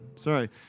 Sorry